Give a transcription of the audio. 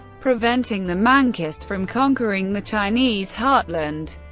preventing the manchus from conquering the chinese heartland.